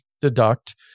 deduct